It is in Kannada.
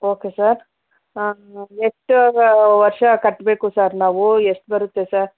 ಓಕೆ ಸರ್ ಎಷ್ಟು ವ ವರ್ಷ ಕಟ್ಬೇಕು ಸರ್ ನಾವು ಎಷ್ಟು ಬರುತ್ತೆ ಸರ್